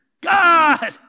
God